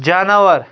جاناور